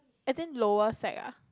attend lower sec ah